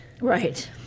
Right